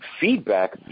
feedback